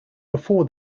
before